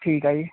ਠੀਕ ਆ ਜੀ